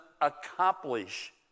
accomplish